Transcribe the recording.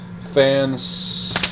fans